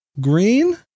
Green